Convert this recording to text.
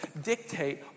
dictate